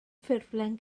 ffurflen